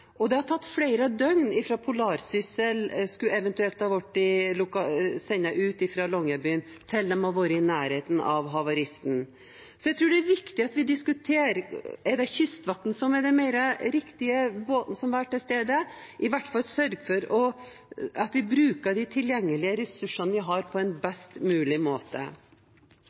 isområdet. Det hadde tatt flere døgn fra «Polarsyssel» eventuelt hadde vært sendt ut fra Longyearbyen til den hadde vært i nærheten av havaristen. Jeg tror det er viktig at vi diskuterer om Kystvaktens båt er den rette til å være tilstede, og at vi i alle fall sørger for å bruke de tilgjengelige ressursene vi har, på en best mulig måte.